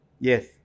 yes